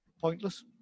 pointless